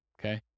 okay